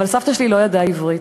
אבל סבתא שלי לא ידעה עברית,